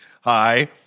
hi